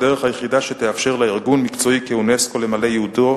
הדרך היחידה שתאפשר לארגון מקצועי כאונסק"ו למלא ייעודו,